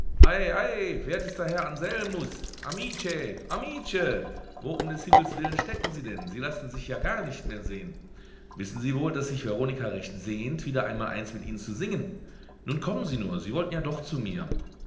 wertester herr anselmus amice amice wo um des himmels willen stecken sie denn sie lassen sich ja gar nicht mehr sehen wissen sie wohl daß sich veronika recht sehnt wieder einmal eins mit ihnen zu singen nun kommen sie nur sie wollten ja doch zu mir